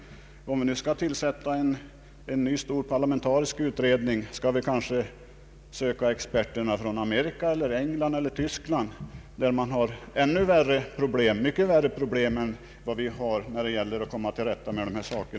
Om vi nu skulle tillsätta en ny stor parlamentarisk utredning, skall vi då kanske söka experter från Amerika, England eller Tyskland, där man har mycket värre problem än vi när det gäller att komma till rätta med dessa saker.